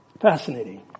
Fascinating